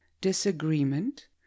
disagreement